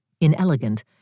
inelegant